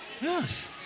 Yes